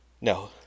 No